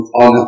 on